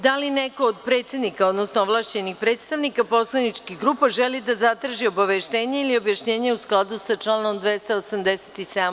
Da li neko od predsednika odnosno ovlašćenih predstavnika poslaničkih grupa želi da zatraži obaveštenje ili objašnjenje u skladu sa članom 287.